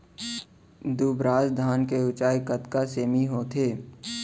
दुबराज धान के ऊँचाई कतका सेमी होथे?